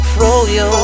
FroYo